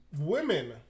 women